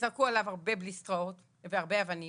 זרקו עליו הרבה בליסטראות והרבה אבנים.